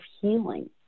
healing